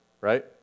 Right